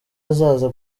azaza